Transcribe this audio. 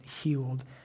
healed